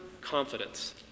confidence